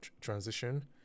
transition